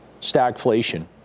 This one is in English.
stagflation